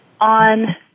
on